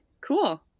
Cool